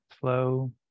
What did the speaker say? flow